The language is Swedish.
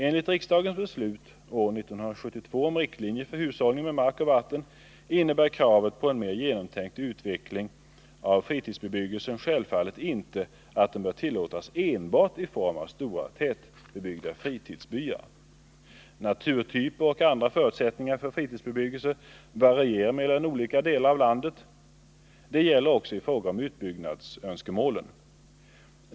Enligt riksdagens beslut år 1972 om riktlinjer för hushållning med mark och vatten innebär kravet på en mer genomtänkt utveckling av fritidsbebyggelsen självfallet inte att den bör tillåtas enbart i form av stora tätbebyggda fritidsbyar. Naturtyper och andra förutsättningar för fritidsbebyggelse varierar mellan olika delar av landet. Det gäller också i fråga om utbyggnadsönskemålen.